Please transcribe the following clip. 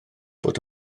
bod